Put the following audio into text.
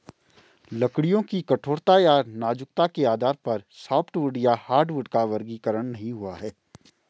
लकड़ियों की कठोरता या नाजुकता के आधार पर सॉफ्टवुड या हार्डवुड का वर्गीकरण नहीं हुआ है